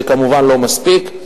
זה כמובן לא מספיק,